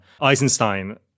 Eisenstein